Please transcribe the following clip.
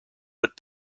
but